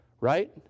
Right